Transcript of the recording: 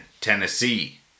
Tennessee